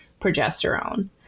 progesterone